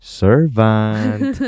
servant